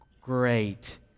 great